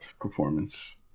performance